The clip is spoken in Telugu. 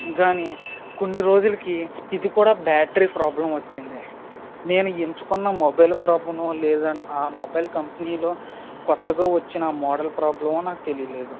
కానీ కొన్ని రోజులకి ఇదికూడా బ్యాటరీ ప్రాబ్లమ్ వచ్చింది నేను ఎంచుకున్న మొబైల్ ప్రాబ్లమో లేదా ఆ మొబైల్ కంపెనీలో కొత్తగా వచ్చిన మోడల్ ప్రాబ్లమో నాకు తెలియలేదు